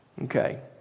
Okay